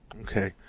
Okay